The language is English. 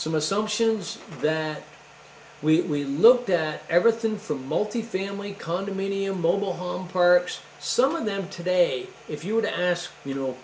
some assumptions that we looked at everything from multifamily condominium mobile home parks some of them today if you were to ask you know